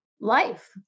life